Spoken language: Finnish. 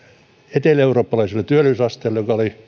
eteläeurooppalaisella työllisyysasteella joka oli